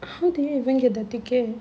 how did you even get the ticket